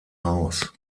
haus